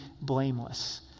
blameless